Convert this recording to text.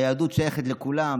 היהדות שייכת לכולם,